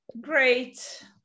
Great